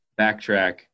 backtrack